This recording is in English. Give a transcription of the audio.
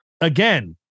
again